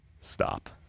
Stop